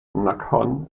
nakhon